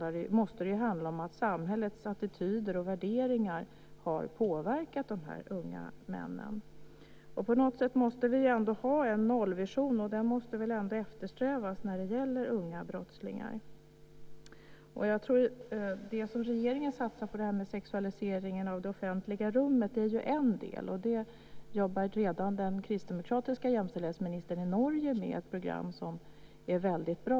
Det måste betyda att samhällets attityder och värderingar har påverkat de här unga männen. På något sätt måste vi ändå ha en nollvision, för en sådan måste väl eftersträvas när det gäller unga brottslingar. Det som regeringen satsar på när det gäller detta med sexualiseringen av det offentliga rummet är en del. Den kristdemokratiska jämställdhetsministern i Norge jobbar redan med ett program som är väldigt bra.